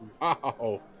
Wow